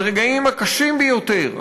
ברגעים הקשים ביותר,